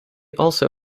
also